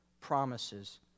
promises